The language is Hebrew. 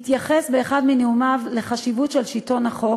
התייחס באחד מנאומיו לחשיבות של שלטון החוק,